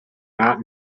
not